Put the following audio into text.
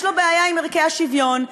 יש לו בעיה עם ערכי השוויון,